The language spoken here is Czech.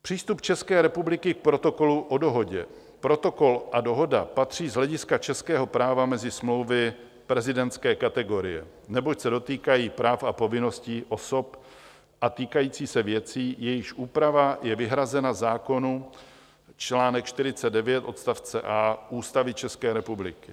Přístup České republiky k Protokolu o Dohodě: Protokol a Dohoda patří z hlediska českého práva mezi smlouvy prezidentské kategorie, neboť se dotýkají práv a povinností osob a týkají se věcí, jejichž úprava je vyhrazena zákonu, čl. 49 odst. a) Ústavy České republiky.